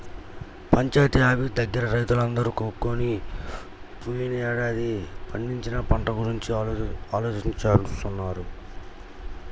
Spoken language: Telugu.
పంచాయితీ ఆఫీసు దగ్గర రైతులందరూ కూకొని పోయినేడాది పండించిన పంట గురించి ఆలోచిత్తన్నారు